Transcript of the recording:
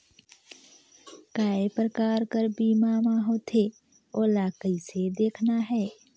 काय प्रकार कर बीमा मा होथे? ओला कइसे देखना है?